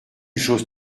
chose